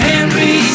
Henry